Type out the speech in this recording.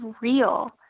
real